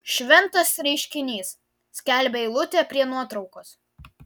šventas reiškinys skelbia eilutė prie nuotraukos